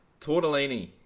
Tortellini